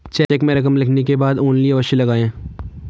check में रकम लिखने के बाद ओन्ली अवश्य लगाएँ